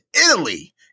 Italy